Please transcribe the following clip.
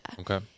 Okay